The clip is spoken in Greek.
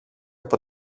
από